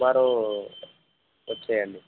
tomorrow వచ్చెయ్యండి